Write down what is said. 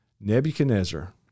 Nebuchadnezzar